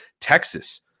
Texas